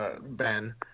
Ben